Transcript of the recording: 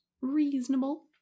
reasonable